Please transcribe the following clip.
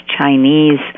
Chinese